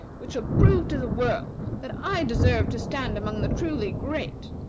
which shall prove to the world that i deserve to stand among the truly great.